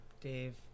Dave